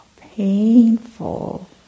painful